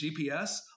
GPS